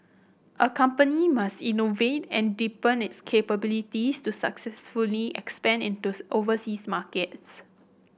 a company must innovate and deepen its capabilities to successfully expand into overseas markets